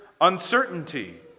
uncertainty